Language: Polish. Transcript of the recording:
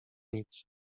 nic